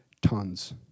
tons